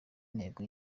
intego